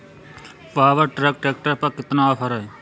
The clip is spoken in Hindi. पावर ट्रैक ट्रैक्टर पर कितना ऑफर है?